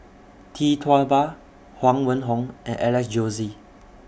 Tee Tua Ba Huang Wenhong and Alex Josey